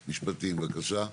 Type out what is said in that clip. בבקשה.